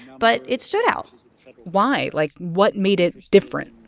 but it stood out why? like, what made it different?